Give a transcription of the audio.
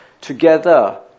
together